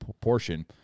portion